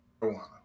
marijuana